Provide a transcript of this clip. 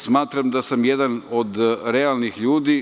Smatram da sam jedan od realnih ljudi.